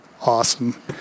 awesome